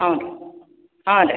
ಹೌದ್ರಿ ಹಾಂ ರೀ